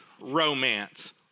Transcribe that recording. romance